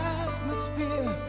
atmosphere